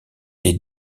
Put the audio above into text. des